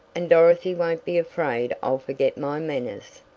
and dorothy won't be afraid i'll forget my manners.